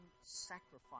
sacrifice